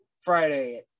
friday